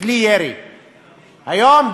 היום,